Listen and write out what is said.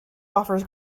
offers